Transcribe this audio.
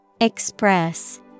Express